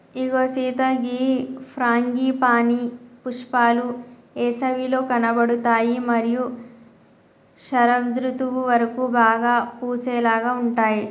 ఇగో సీత గీ ఫ్రాంగిపానీ పుష్పాలు ఏసవిలో కనబడుతాయి మరియు శరదృతువు వరకు బాగా పూసేలాగా ఉంటాయి